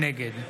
נגד